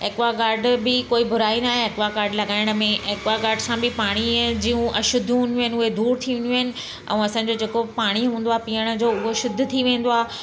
Aquaguard बि कोई बुराई न आहे ऐक्वागाड लॻाइण में ऐक्वागाड सां बि पाणीअ जियूं अशुद्धियूं हूंदियू आहिनि उहे दूरि थींदियूं आहिनि ऐं असांजो जेको पाणी हूंदो आहे पीअण जो उहा शुद्ध थी वेंदो आहे